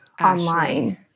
online